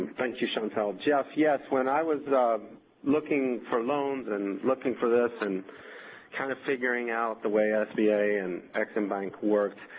thank you, chantal. jeff, yes, when i was um looking for loans and looking for this and kind of figuring out the way sba and ex-im bank worked,